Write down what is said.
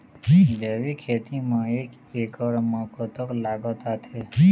जैविक खेती म एक एकड़ म कतक लागत आथे?